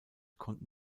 konnten